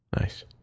Nice